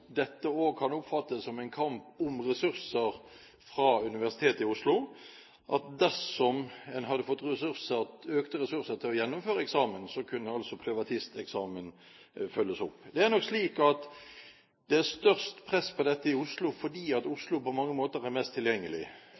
dette også kan oppfattes som en kamp om ressurser fra Universitetet i Oslo, at dersom en hadde fått økte ressurser til å gjennomføre eksamen, så kunne altså privatisteksamen bli fulgt opp. Det er nok slik at det er størst press på dette i Oslo, fordi Oslo på mange måter er mest tilgjengelig.